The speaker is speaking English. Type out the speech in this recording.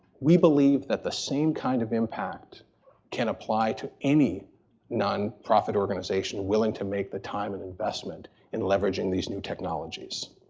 we believe that the same kind of impact can apply to any nonprofit organization willing to make the time and investment in leveraging these new technologies.